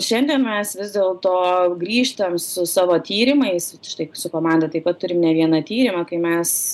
šiandien mes vis dėl to grįžtam su savo tyrimais štai su komanda taip pat turim ne vieną tyrimą kai mes